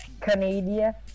Canada